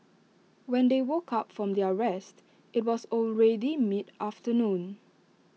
when they woke up from their rest IT was already mid afternoon